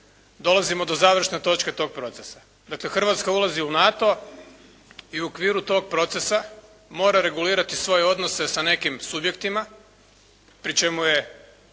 dolazimo do završne točke tog procesa. Dakle, Hrvatska ulazi u NATO i u okviru tog procesa mora regulirati svoje odnose sa nekim subjektima pri čemu je